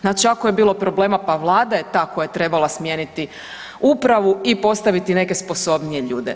Znači ako je bilo problema pa Vlada je ta koja je trebala smijeniti upravu i postaviti neke sposobnije ljude.